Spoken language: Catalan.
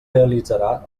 realitzarà